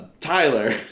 tyler